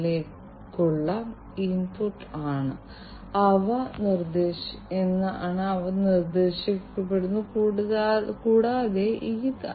അതിനാൽ മെഷീൻ ആയുസ്സ് വർദ്ധിപ്പിക്കുക പ്രവർത്തനക്ഷമത ഒപ്റ്റിമൈസ് ചെയ്യുക കൂടാതെ മറ്റു പലതും